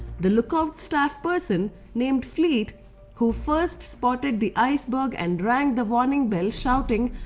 the lookout staff person named fleet who first spotted the iceberg and rang the warning bell shouting,